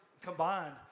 combined